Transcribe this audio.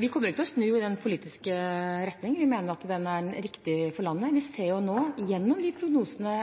Vi kommer ikke til å snu den politiske retningen. Vi mener at den er riktig for landet. Vi ser nå gjennom prognosene